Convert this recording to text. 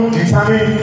determine